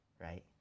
right